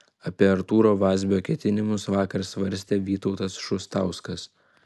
apie artūro vazbio ketinimus vakar svarstė vytautas šustauskas